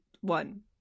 one